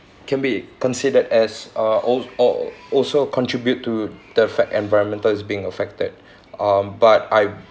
can be considered as uh al~ al~ also contribute to the fact environmental is being affected um but I